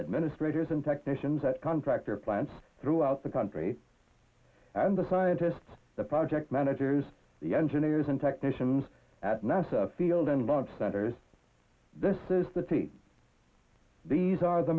administrators and technicians at contractor plants throughout the country and the scientists the project managers the engineers and technicians at nasa field and bob sanders this is the team these are the